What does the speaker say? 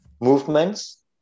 Movements